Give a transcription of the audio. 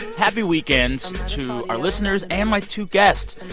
happy weekend to our listeners and my two guests.